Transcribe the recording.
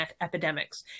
epidemics